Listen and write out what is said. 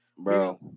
Bro